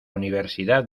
universidad